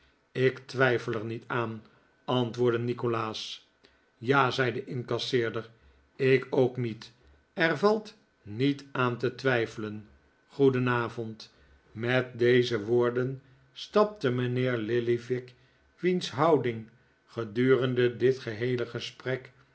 ik twijfel er niet aan antwoordde nikolaas ja zei de incasseerder ik ook niet er valt niet aan te twijfelen goedenavond met deze woorden stapte mijnheer lillyvick wiens houding gedurende dit heele gesprek